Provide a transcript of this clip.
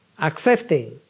accepting